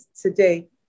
today